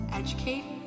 educate